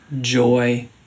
joy